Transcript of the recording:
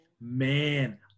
Man